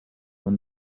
when